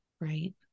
right